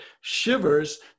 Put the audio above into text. shivers